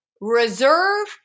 reserve